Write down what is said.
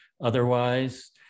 otherwise